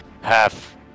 half